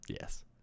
Yes